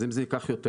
אז אם זה ייקח יותר,